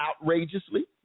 outrageously